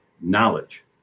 knowledge